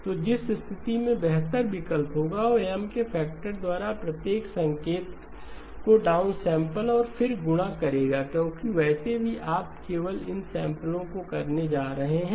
तो जिस स्थिति में बेहतर विकल्प होगा वह M के फैक्टर द्वारा प्रत्येक संकेत को डाउनसैंपल और फिर गुणा करेगा क्योंकि वैसे भी आप केवल इन सैंपल को रखने जा रहे हैं